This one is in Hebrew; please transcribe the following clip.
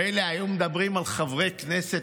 מילא היו מדברים על חברי כנסת,